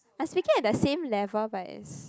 I speaking at the same level but is